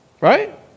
right